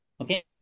Okay